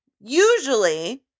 usually